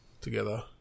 together